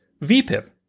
VPIP